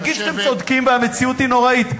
נגיד שאתם צודקים והמציאות היא נוראית,